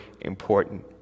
important